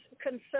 concern